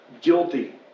guilty